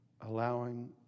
allowing